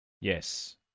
Yes